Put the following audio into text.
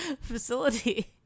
facility